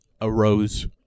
arose